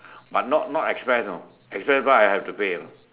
but not not express know express bus I have to pay